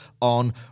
on